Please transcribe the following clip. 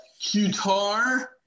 Qatar